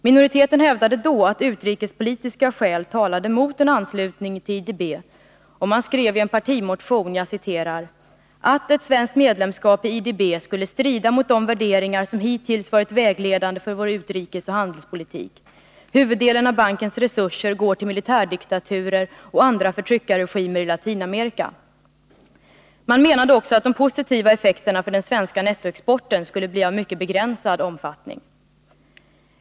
Minoriteten hävdade då att utrikespolitiska skäl talade mot en anslutning till IDB, och man skrev i en partimotion: ”Ett svenskt medlemskap i IDB skulle strida mot de värderingar som hittills varit vägledande för vår utrikesoch handelspolitik. Huvuddelen av bankens resurser går till militärdiktaturer och andra förtryckarregimer i Latinamerika.” Man menade också att de positiva effekterna för den svenska nettoexporten skulle bli av mycket begränsad omfattning.